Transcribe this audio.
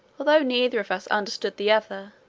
although neither of us understood the other,